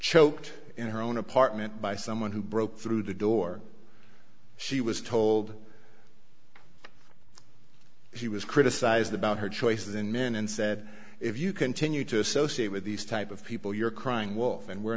choked in her own apartment by someone who broke through the door she was told ready he was criticised about her choices in men and said if you continue to associate with these type of people you're crying wolf and we're